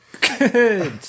good